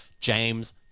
James